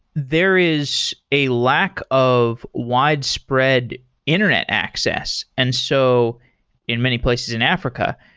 there is a lack of widespread internet access and so in many places in africa.